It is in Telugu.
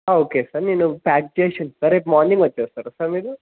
ఓకే సార్ నేను ప్యాక్ చేసి ఉంచుతాను రేపు మార్నింగ్ వచ్చేస్తారా సార్ మీరు